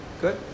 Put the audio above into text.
good